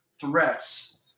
threats